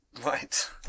right